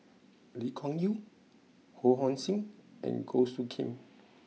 Lee Kuan Yew Ho Hong Sing and Goh Soo Khim